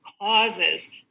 causes